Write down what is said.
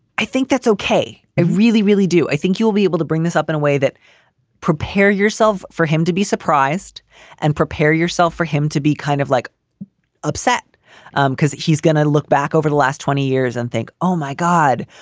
i think that's okay. i really, really do. i think you'll be able to bring this up in a way that prepare yourself for him to be surprised and prepare yourself for him to be kind of like upset um because he's going to look back over the last twenty years and think, oh, my god,